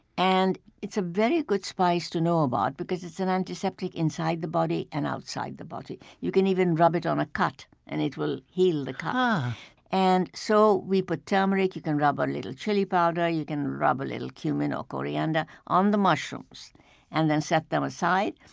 and it's a very good spice to know about because it's an antiseptic inside the body and outside the body. you can even rub it on a cut and it will heal the cut ah and so we put turmeric, you can rub a little chili powder, you can rub a little cumin or coriander on the mushrooms and then set them aside.